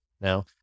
Now